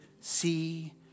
see